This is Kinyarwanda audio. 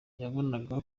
yabonaga